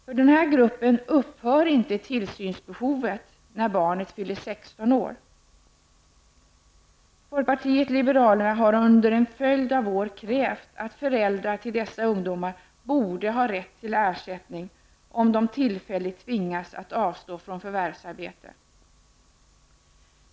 För denna grupp upphör inte tillsynsbehovet när barnet fyller 16 år. Folkpartiet liberalerna har under en följd av år krävt att föräldrar till dessa ungdomar borde ha rätt till ersättning om de tillfälligt tvingas att avstå från förvärvsarbete.